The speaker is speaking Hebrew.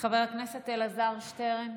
חבר הכנסת אלעזר שטרן,